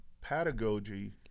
pedagogy